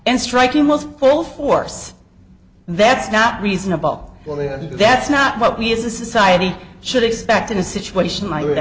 and striking most full force that's not reasonable well the that's not what we as a society should expect in a situation